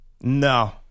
No